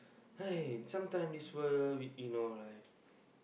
I sometime this world you know right